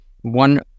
One